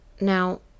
Now